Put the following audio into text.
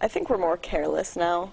i think we're more careless no